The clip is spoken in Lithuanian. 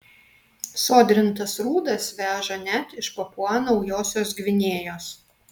sodrintas rūdas veža net iš papua naujosios gvinėjos